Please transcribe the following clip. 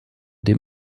dem